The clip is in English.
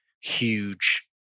huge